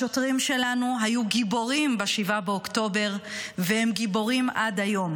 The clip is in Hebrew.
השוטרים שלנו היו גיבורים ב-7 באוקטובר והם גיבורים עד היום,